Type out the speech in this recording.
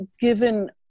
given